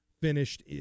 finished